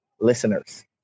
listeners